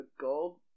gold